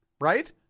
right